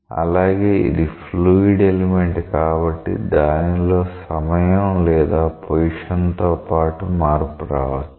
అలాగే ఇది fluid element కాబట్టి దానిలో సమయం లేదా పొజిషన్ తో పాటు మార్పు రావచ్చు